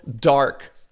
dark